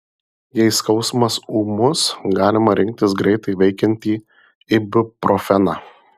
jei skausmas ūmus galima rinktis greitai veikiantį ibuprofeną